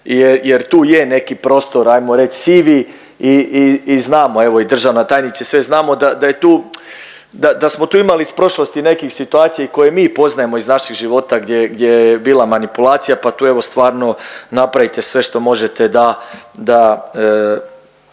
jer tu je neki prostor hajmo reći sivi i znamo. Evo i državna tajnica i svi znamo da je tu, da smo tu imali iz prošlosti i nekih situacija koje i mi poznajemo iz naših života gdje je bila manipulacija, pa tu evo stvarno napravite sve što možete da